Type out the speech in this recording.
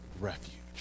refuge